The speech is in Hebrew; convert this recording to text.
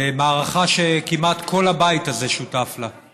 מערכה שכמעט כל הבית הזה שותף לה,